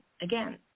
again